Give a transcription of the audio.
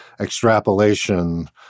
extrapolation